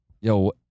Yo